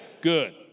Good